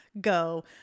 go